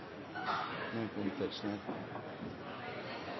er viktig med